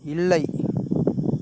இல்லை